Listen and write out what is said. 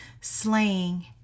slaying